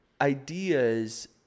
ideas